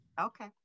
Okay